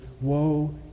woe